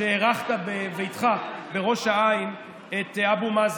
שאירחת בביתך בראש העין את אבו מאזן.